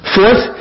Fourth